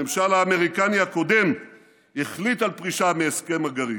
הממשל האמריקני הקודם החליט על פרישה מהסכם הגרעין.